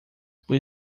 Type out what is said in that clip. por